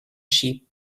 sheep